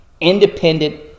independent